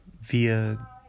via